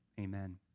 Amen